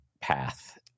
path